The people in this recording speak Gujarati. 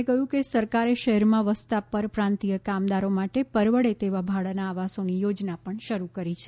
તેમણે કહ્યું કે સરકારે શહેરમાં વસતા પરપ્રાંતિય કામદારો માટે પરવડે તેવા ભાડાના આવાસોની યોજના પણ શરૂ કરી છે